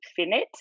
finite